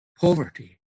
Poverty